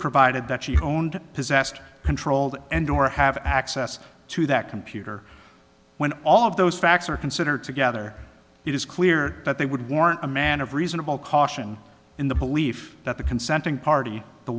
provided that she owned possessed controlled and or have access to that computer when all of those facts are considered together it is clear that they would warrant a man of reasonable caution in the belief that the consenting party the